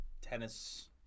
tennis